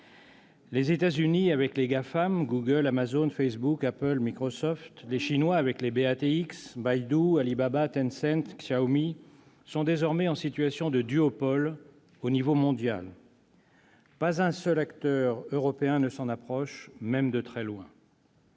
Les États-Unis avec les GAFAM- Google, Amazon, Facebook, Apple, Microsoft -et la Chine avec les BATX- Baidu, Alibaba, Tencent et Xiaomi -sont désormais en situation de duopole au niveau mondial. Pas un seul acteur européen ne s'en approche, même de très loin